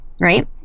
Right